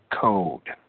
code